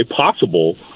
possible